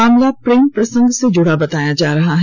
मामला प्रेम प्रसंग से जुड़ा बताया जा रहा है